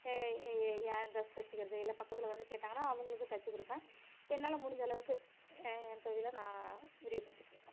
யா என் டிரஸ் தைச்சிக்கிறது இல்லை பக்கத்தில் வந்து கேட்டாங்கனால் அவர்களுக்கும் தைச்சி கொடுப்பேன் என்னால் முடிஞ்சளவுக்கு என் தொழிலை நான் விரிவுபடுத்திகிட்டிருக்கேன்